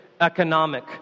economic